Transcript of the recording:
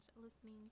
listening